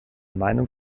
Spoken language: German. meinung